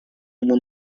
ему